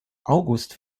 august